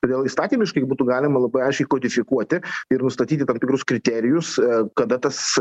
todėl įstatymiškai būtų galima labai aiškiai kodifikuoti ir nustatyti tam tikrus kriterijus kada tas